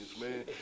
man